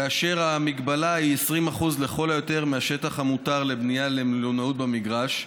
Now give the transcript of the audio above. כאשר המגבלה היא 20% לכל היותר מהשטח המותר לבנייה למלונאות במגרש,